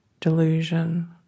Delusion